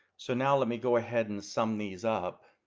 so now let me go ahead and sum these up